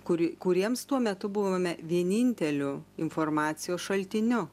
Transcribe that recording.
kuri kuriems tuo metu buvome vieninteliu informacijos šaltiniu